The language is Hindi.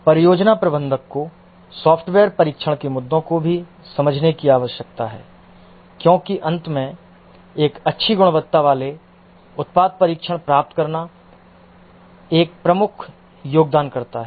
परियोजना प्रबंधक को सॉफ्टवेयर परीक्षण के मुद्दों को भी समझने की आवश्यकता है क्योंकि अंत में एक अच्छी गुणवत्ता वाले उत्पाद परीक्षण प्राप्त करना एक प्रमुख योगदानकर्ता है